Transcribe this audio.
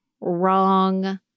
wrong